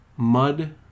Mud